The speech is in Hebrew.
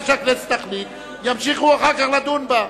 מה שהכנסת תחליט, ימשיכו אחר כך לדון בה.